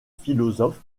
philosophes